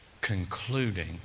concluding